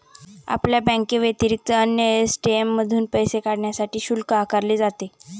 आपल्या बँकेव्यतिरिक्त अन्य ए.टी.एम मधून पैसे काढण्यासाठी शुल्क आकारले जाते